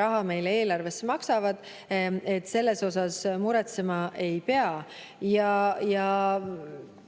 raha meile eelarvesse maksavad, siis selle pärast muretsema ei pea. Kuna